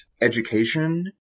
education